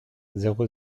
zéro